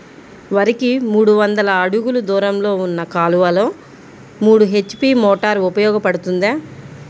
వరికి మూడు వందల అడుగులు దూరంలో ఉన్న కాలువలో మూడు హెచ్.పీ మోటార్ ఉపయోగపడుతుందా?